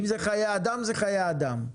אם זה חיי אדם, זה חיי אדם,